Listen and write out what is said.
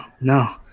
no